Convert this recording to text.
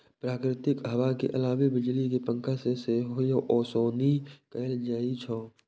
प्राकृतिक हवा के अलावे बिजली के पंखा से सेहो ओसौनी कैल जाइ छै